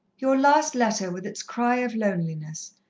your last letter, with its cry of loneliness,